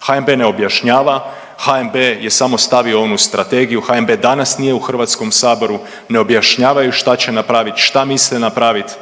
HNB ne objašnjava, HNB je samo stavio onu strategiju, HNB danas nije u Hrvatskom saboru, ne objašnjavaju šta će napraviti, šta misle napraviti,